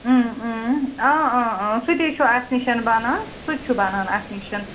آ آ آ سُہ تہِ ۂے چھِ اَسہِ نِش بَنان سُتہِ چھُ بنان اَسہِ نِش